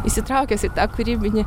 įsitraukęs į tą kūrybinį